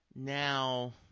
Now